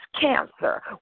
cancer